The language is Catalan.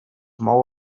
mou